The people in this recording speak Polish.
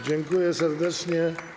Dziękuję serdecznie.